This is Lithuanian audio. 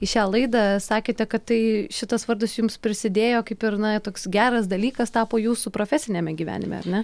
į šią laidą sakėte kad tai šitas vardas jums prisidėjo kaip ir na toks geras dalykas tapo jūsų profesiniame gyvenime ar ne